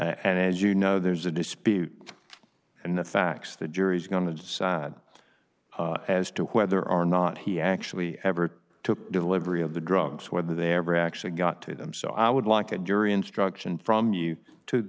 and as you know there's a dispute and the facts the jury's going to sad as to whether or not he actually ever took delivery of the drugs whether they ever actually got to them so i would like a jury instruction from you t